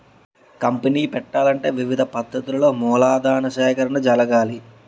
company పెట్టాలంటే వివిధ పద్ధతులలో మూలధన సేకరణ జరగాలి